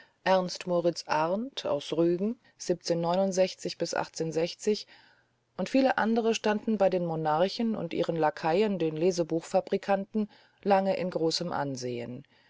ernst moritz arndt von rügen und viele andere standen bei den monarchen und ihren lakaien den lesebuchfabrikanten lange in großem ansehen